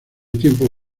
tiempo